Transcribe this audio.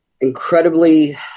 incredibly